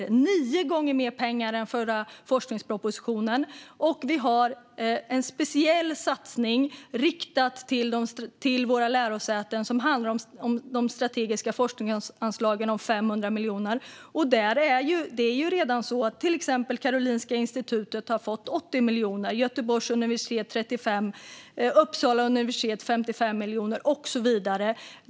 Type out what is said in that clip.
Det är nio gånger mer pengar än vad som kom ut av förra forskningspropositionen. Det sker en speciell satsning riktad till våra lärosäten, det vill säga anslagen om 500 miljoner till strategisk forskning. Karolinska institutet har fått 80 miljoner, Göteborgs universitet har fått 35 miljoner, Uppsala universitet har fått 55 miljoner, och så vidare.